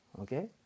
okay